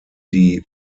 die